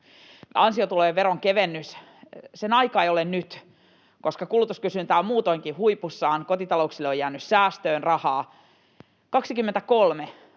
ansiotulojen veronkevennyksen aika ei ole nyt, koska kulutuskysyntä on muutoinkin huipussaan. Kotitalouksille on jäänyt säästöön rahaa. 23